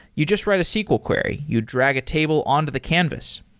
you just write a sql query. you drag a table on to the canvas.